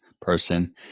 person